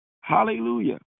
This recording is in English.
Hallelujah